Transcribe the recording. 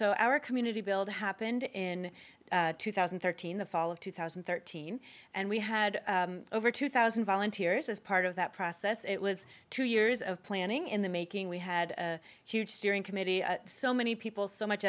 so our community build happened in two thousand and thirteen the fall of two thousand and thirteen and we had over two thousand volunteers as part of that process it was two years of planning in the making we had a huge steering committee so many people so much